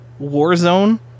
Warzone